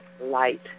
light